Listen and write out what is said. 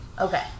Okay